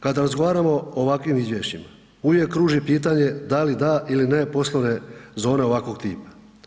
Kada razgovaramo o ovakvim izvješćima uvijek kruži pitanje da li da ili ne poslovne zone ovakvog tipa.